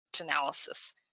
analysis